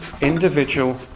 individual